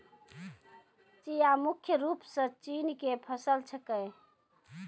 चिया मुख्य रूप सॅ चीन के फसल छेकै